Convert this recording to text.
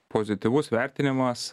pozityvus vertinimas